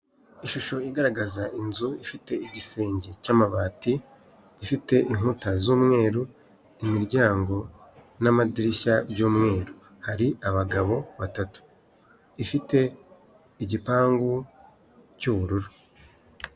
Ishusho igaragaza inzu ifite igisenge cy'amabati gifite inkuta z'umweru, imiryango n'amadirishya by'umweru. Hari abagabo batatu, ifite igipangu cy'ubururu.